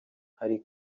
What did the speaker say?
hari